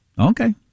Okay